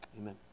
Amen